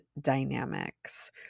dynamics